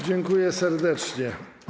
Dziękuję serdecznie.